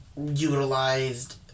utilized